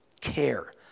Care